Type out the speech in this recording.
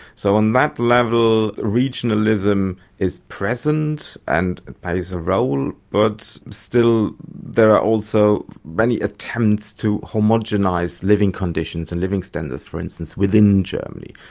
so on that level regionalism is present and plays a role, but still there are also many attempts to homogenise living conditions and living standards, for instance, within germany.